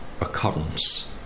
occurrence